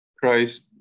Christ